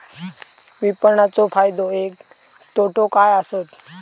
विपणाचो फायदो व तोटो काय आसत?